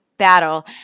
battle